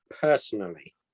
personally